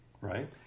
Right